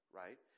right